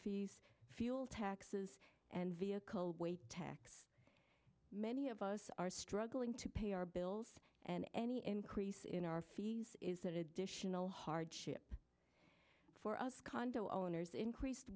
fees fuel taxes and vehicle weight tax many of us are struggling to pay our bills and any increase in our fees is that additional hardship for us condo owners increased